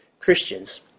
Christians